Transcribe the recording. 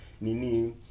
Nini